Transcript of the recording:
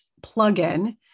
plugin